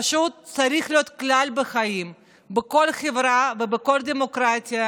פשוט צריך להיות כלל בחיים בכל חברה ובכל דמוקרטיה,